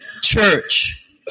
church